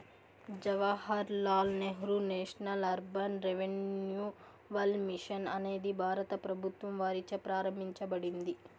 Jawahar Lal Nehru national urban renewal mission అనేది భారత ప్రభుత్వం వారిచే ప్రారంభించబడింది